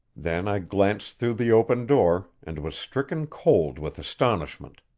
then i glanced through the open door, and was stricken cold with astonishment.